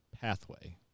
pathway